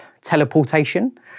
teleportation